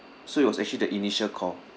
so it was actually the initial call